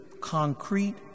concrete